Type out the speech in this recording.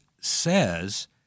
says